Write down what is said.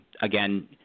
again